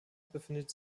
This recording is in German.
befindet